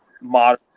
modern